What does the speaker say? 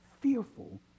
fearful